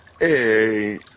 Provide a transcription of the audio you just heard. Hey